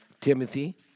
Timothy